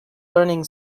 learning